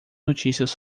notícias